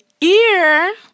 ear